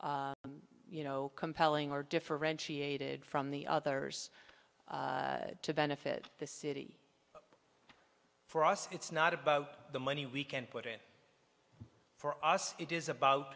you know compelling or differentiated from the others to benefit the city for us it's not about the money we can put in for us it is about